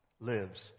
lives